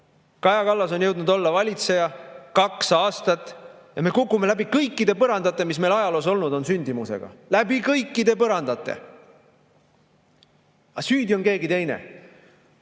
Kaja Kallas on jõudnud olla valitseja kaks aastat ja me kukume sündimusega läbi kõikide põrandate, mis meil ajaloos olnud on. Läbi kõikide põrandate. Aga süüdi on keegi teine.